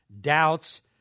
doubts